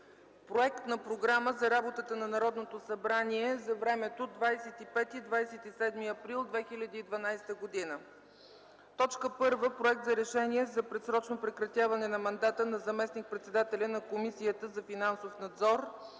Проект на програма за работата на Народното събрание за времето 25-27 април 2012 г.: 1. Проект за решение за предсрочно прекратяване на мандата на заместник-председателя на Комисията за финансов надзор,